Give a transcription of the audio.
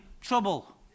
trouble